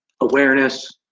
awareness